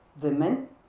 women